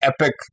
epic